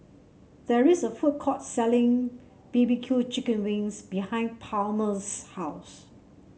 there is a food court selling B B Q Chicken Wings behind Palmer's house